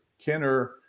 Kenner